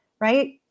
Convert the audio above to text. right